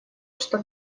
что